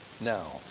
now